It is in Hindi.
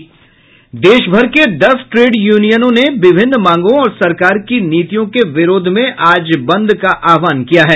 देशभर के दस ट्रेड यूनियनों ने विभिन्न मांगों और सरकार की नीतियों के विरोध में आज बंद का आह्वान किया है